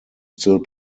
still